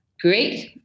Great